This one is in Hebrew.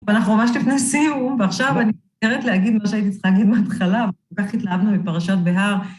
אבל אנחנו ממש לפני סיום, ועכשיו אני חייבת להגיד מה שהייתי צריכה להגיד מההתחלה, אבל כל כך התלהבנו מפרשת בהר.